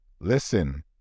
listen